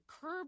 curb